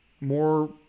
more